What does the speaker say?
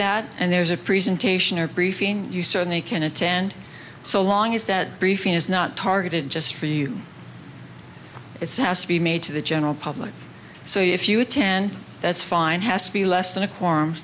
that and there's a presentation or briefing you certainly can attend so low thing is that briefing is not targeted just for you it's has to be made to the general public so if you attend that's fine has to be less than a quorum